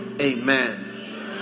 Amen